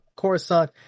Coruscant